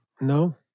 No